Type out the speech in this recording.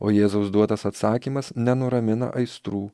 o jėzaus duotas atsakymas nenuramina aistrų